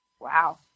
Wow